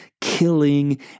killing